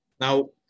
Now